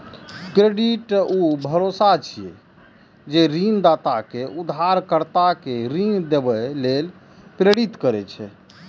credit ऊ भरोसा छियै, जे ऋणदाता कें उधारकर्ता कें ऋण देबय लेल प्रेरित करै छै